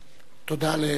תודה לראש הממשלה.